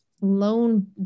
loan